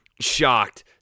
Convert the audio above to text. shocked